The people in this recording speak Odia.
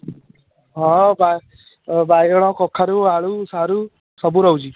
ହଁ ବା ବାଇଗଣ କଖାରୁ ଆଳୁ ସାରୁ ସବୁ ରହୁଛି